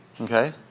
Okay